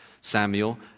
Samuel